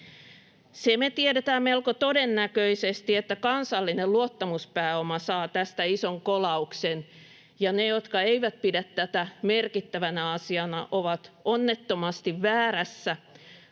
Se me tiedetään melko todennäköisesti, että kansallinen luottamuspääoma saa tästä ison kolauksen. Ja ne, jotka eivät pidä tätä merkittävänä asiana, ovat onnettomasti väärässä,